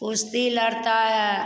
कुश्ती लड़ता है